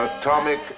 atomic